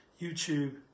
YouTube